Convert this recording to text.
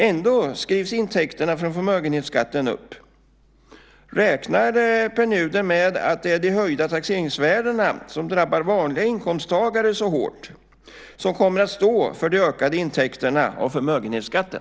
Ändå skrivs intäkterna från förmögenhetsskatten upp. Räknar Pär Nuder med att det är de höjda taxeringsvärdena, som drabbar vanliga inkomsttagare så hårt, som kommer att stå för de ökade intäkterna från förmögenhetsskatten?